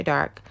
Dark